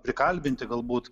prikalbinti galbūt